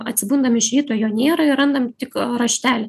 atsibundam iš ryto jo nėra ir randam tik raštelį